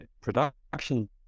production